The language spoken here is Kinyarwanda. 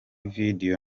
video